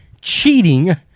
cheating